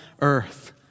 earth